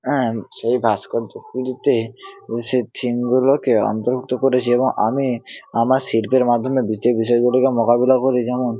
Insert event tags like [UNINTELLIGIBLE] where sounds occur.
অ্যাঁ সেই ভাস্কর্যগুলিতে ওই সে থিমগুলোকে অন্তর্ভুক্ত করেছি এবং আমি আমার শিল্পের মাধ্যমে [UNINTELLIGIBLE] মোকাবিলা করি যেমন